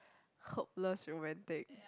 hopeless romantic